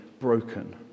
broken